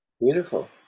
Beautiful